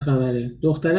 خبرهدختره